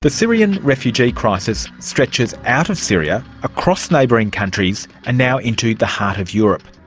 the syrian refugee crisis stretches out of syria, across neighbouring countries, and now into the heart of europe.